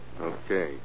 Okay